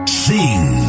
sing